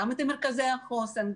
גם את מרכזי החוסן,